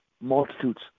multitudes